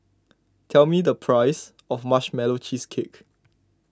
tell me the price of Marshmallow Cheesecake